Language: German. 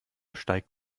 steigt